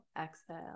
exhale